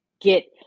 get